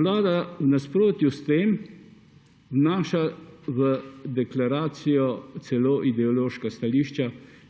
Vlada v nasprotju s tem vnaša v deklaracijo celo ideološka stališča,